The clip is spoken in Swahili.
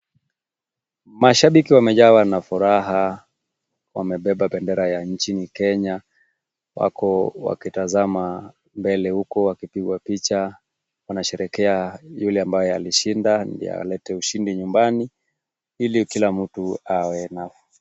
Mashabiki wamejawa na furaha wamebeba bendera ya nchini Kenya wako wakitazama mbele huko wakipigwa picha wanasherehekea yule ambaye alishinda ndio alete ushindi nyumbani ili kila mtu awe na.